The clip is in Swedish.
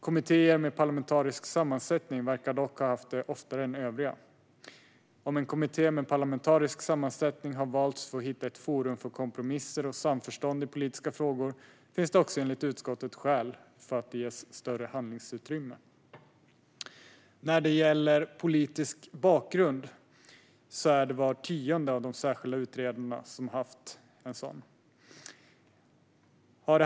Kommittéer med parlamentarisk sammansättning verkar dock ha haft det oftare än övriga. Om en kommitté med parlamentarisk sammansättning har valts för att hitta ett forum för kompromisser och samförstånd i politiska frågor finns det enligt utskottet också skäl för att den ges större handlingsutrymme. När det gäller politisk bakgrund har var tionde av de särskilda utredarna haft en sådan.